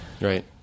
Right